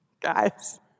Guys